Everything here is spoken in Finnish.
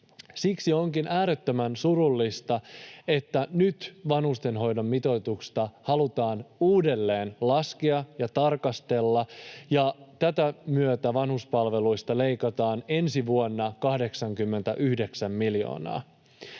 Siksi onkin äärettömän surullista, että nyt vanhustenhoidon mitoitusta halutaan uudelleen laskea ja tarkastella ja tätä myötä vanhuspalveluista leikataan ensi vuonna 89 miljoonaa.